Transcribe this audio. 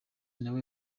nawe